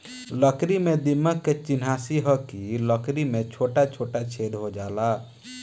लकड़ी में दीमक के चिन्हासी ह कि लकड़ी में छोटा छोटा छेद हो जाला